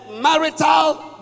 marital